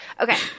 Okay